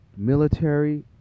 Military